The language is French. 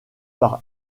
par